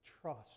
trust